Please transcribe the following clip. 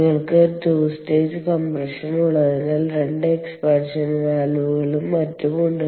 നിങ്ങൾക്ക് 2 stage compression ഉള്ളതിനാൽ 2 expansion വാൽവുകളും മറ്റും ഉണ്ട്